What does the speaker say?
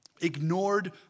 Ignored